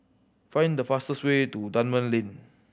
find the fastest way to Dunman Lane